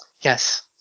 Yes